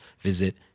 visit